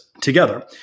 together